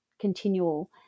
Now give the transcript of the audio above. continual